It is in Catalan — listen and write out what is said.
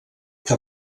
que